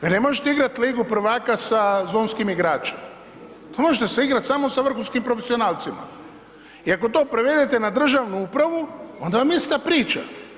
Vi ne možete igrat ligu prvaka sa zonskim igračem, to možete se igrat samo sa vrhunskim profesionalcima i ako to prevedete na državnu upravu, onda vam je ista priča.